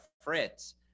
Fritz